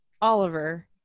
Oliver